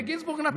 לגינזבורג נתת.